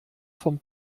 vom